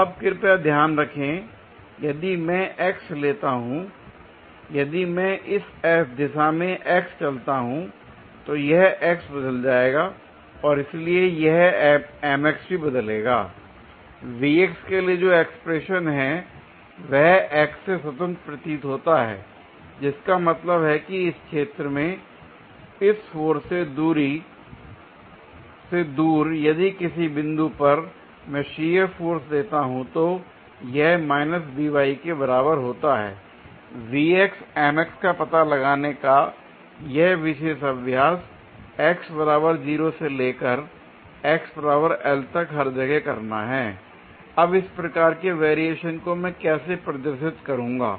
अब कृपया ध्यान रखें यदि मैं x लेता हूं यदि मैं इस दिशा में x चलता हूं तो यह x बदल जाएगा और इसलिए यह भी बदलेगा l के लिए जो एक्सप्रेशन है वह x से स्वतंत्र प्रतीत होता है जिसका मतलब है कि इस क्षेत्र में इस फोर्स से दूर यदि किसी बिंदु पर मैं शियर फोर्स लेता हूं तो यह के बराबर होता है l का पता लगाने का यह विशेष अभ्यास से लेकर तक हर जगह करना है l अब इस प्रकार के वेरिएशन को मैं कैसे प्रदर्शित करूंगा